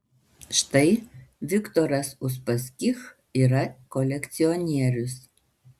štai viktoras uspaskich yra kolekcionierius